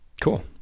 cool